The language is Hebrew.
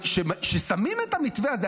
כששמים את המתווה הזה,